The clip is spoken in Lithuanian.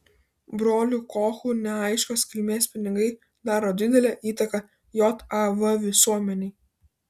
brolių kochų neaiškios kilmės pinigai daro didelę įtaką jav visuomenei